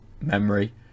memory